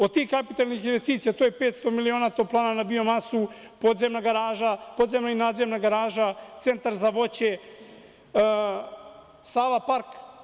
Od tih kapitalnih investicija to je - 500 miliona toplana na bio masu, podzemna i nadzemna garaža, centar za voće, Sava park.